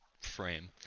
frame